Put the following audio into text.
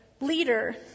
leader